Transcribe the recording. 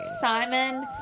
Simon